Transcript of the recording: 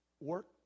work